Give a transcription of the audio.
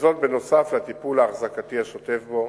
וזאת נוסף על הטיפול האחזקתי השוטף בו.